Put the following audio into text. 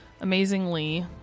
Amazingly